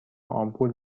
آمپول